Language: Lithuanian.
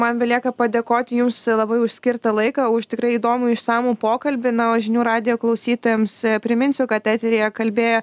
man belieka padėkoti jums labai už skirtą laiką už tikrai įdomų išsamų pokalbį na o žinių radijo klausytojams priminsiu kad eteryje kalbėjo